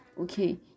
okay